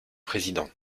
présidents